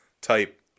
type